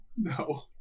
no